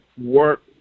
work